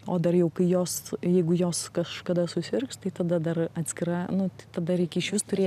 o dar jau kai jos jeigu jos kažkada susirgs tai tada dar atskira nu tai tada reikia išvis turė